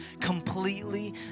completely